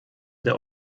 der